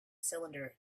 cylinder